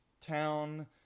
town